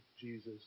Jesus